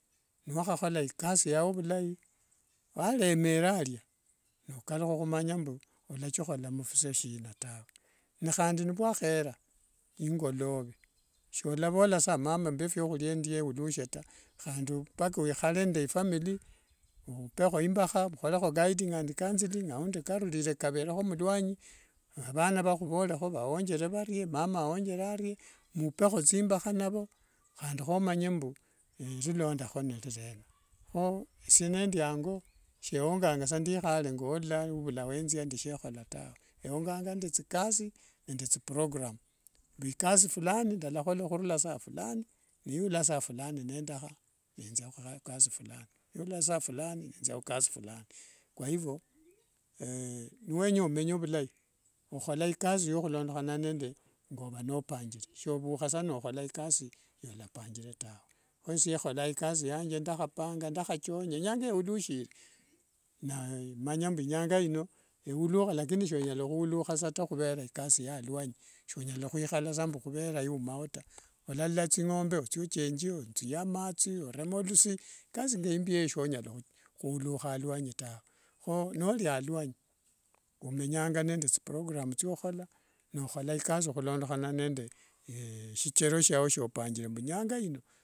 Niwakhakhola ikasi yao vhulai walemeralia nokaluha khumanya mbu walathikhola mvishashina tawe nehandi nivhwakhera solavolasa mama mbe fwahulia endie ulukhe taa. Handi mpaka wikhale nende ifamili okhupekh imbakha okholekho guiding and cancelling aundi kalulire kavere mulwanyi avana valhuvorerekho wawonjerie valie mama yesi awothere arie. Mukhupekho thimbakha navho handi okhomanye mbu lilondskho nililiena. Kho esie nindi ango sewonganga sa nindikhale wethia tawe wonganga nende thikasi nende thiprogram. Mbu ikasi fulani ndalakhola hurura isaa fulani nithia khukasi fulani hurura khukasi fulani nithia khukasi fulani kwa ivo ni niwenya omenye vulai, okhole ikasi khulondekhana nende ova nopangire. Sovhusa sa nokhola ikasi yalanopangire tawe. Khwesie kholanga ikasi yange ndakhachonga, enyanga yeulushire nayr manya mbu inyanga ino eulukha lakini sonyala sa khuluha sa taa khuvera ikasi ya aluanyi sonyala khwikhala sa mbu iumao taa. Walalola thingombe othie ochienje a mathi oreme lusi. Ikasi ngembieyo sonyala khulukha aluanyi tawe. Kho nolwa aluanyi omenyanga nende thiprogram thio khukhola nokhola ikasi khulondekhana nende dichero shiao shio pangire mbu inyangaino.